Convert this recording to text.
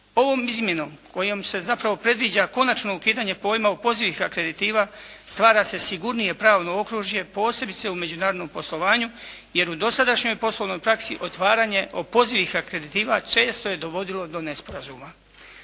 Ovom izmjenom kojom se zapravo predviđa konačno ukidanje pojma opozivih akreditiva stvara se sigurnije pravno okružje posebice u međunarodnom poslovanju jer u dosadašnjoj poslovnoj praksi otvaranje opozivih akreditiva često je dovodilo do nesporazuma.